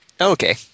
Okay